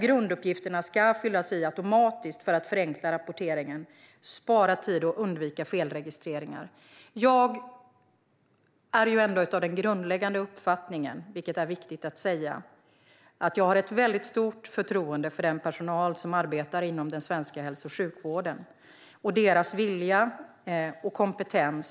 Grunduppgifterna ska fyllas i automatiskt för att förenkla rapporteringen, spara tid och undvika felregistreringar. Jag är av den grundläggande uppfattningen, vilket är viktigt att säga, att jag har ett väldigt stort förtroende för den personal som arbetar inom den svenska hälso och sjukvården och för deras vilja och kompetens.